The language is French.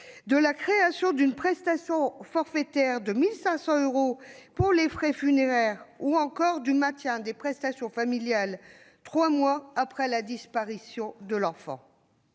de la création d'une prestation forfaitaire de 1 500 euros pour les frais funéraires ou encore du maintien des prestations familiales trois mois après la disparition de l'enfant.